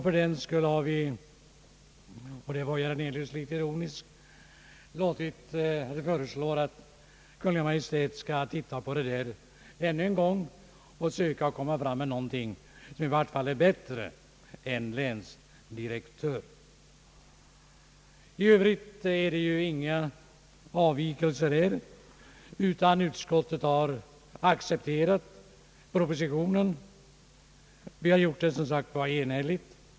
Fördenskull föreslår vi — vilket föranledde herr Hernelius att vara litet ironisk — att Kungl. Maj:t skall titta på detta spörsmål ännu en gång och söka komma fram till något som i varje fall är bättre än länsdirektör. I övrigt har utskottet inte gjort några avvikelser utan har accepterat propositionen. Vi har som sagt gjort det enhälligt.